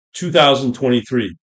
2023